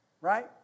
Right